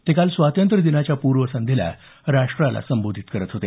ते काल स्वातंत्र्यदिनाच्या पूर्वसंध्येला राष्ट्राला संबोधित करत होते